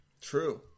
True